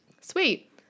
sweet